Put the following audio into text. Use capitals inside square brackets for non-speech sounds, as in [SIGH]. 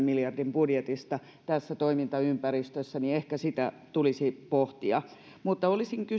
[UNINTELLIGIBLE] miljardin budjetista tässä toimintaympäristössä ehkä sitä tulisi pohtia olisin kysynyt